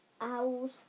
owls